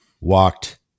walked